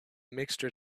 mixture